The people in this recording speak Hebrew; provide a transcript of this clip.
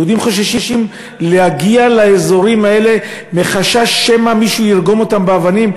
יהודים חוששים להגיע לאזורים האלה מחשש שמישהו ירגום אותם באבנים.